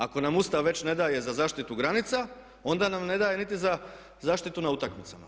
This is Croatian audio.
Ako nam Ustav već ne daje za zaštitu granica onda nam ne daje niti zaštitu na utakmicama.